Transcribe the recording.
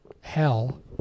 hell